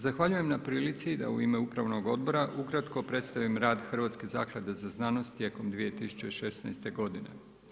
Zahvaljujem na prilici da u ime upravnog odbora ukratko predstavim rad Hrvatske zaklade za znanost, tijekom 2016. godine.